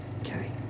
okay